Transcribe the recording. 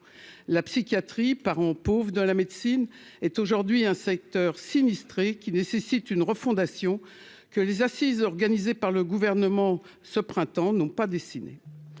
la psychiatrie, parent pauvre de la médecine est aujourd'hui un secteur sinistré qui nécessite une refondation que les assises organisées par le gouvernement, ce printemps, non pas destiné